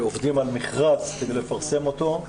עובדים על מכרז כדי לפרסם אותו,